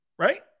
Right